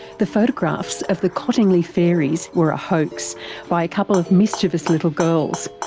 the photographs of the cottingley fairies were a hoax by a couple of mischievous little girls,